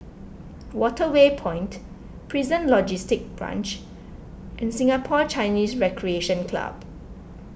Waterway Point Prison Logistic Branch and Singapore Chinese Recreation Club